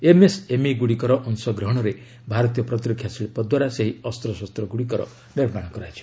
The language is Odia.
ଏମ୍ଏସ୍ଏମ୍ଇଗୁଡ଼ିକର ଅଂଶଗ୍ରହଣରେ ଭାରତୀୟ ପ୍ରତିରକ୍ଷା ଶିଳ୍ପଦ୍ୱାରା ସେହି ଅସ୍ତ୍ରଶସ୍ତଗୁଡ଼ିକର ନିର୍ମାଣ କରାଯିବ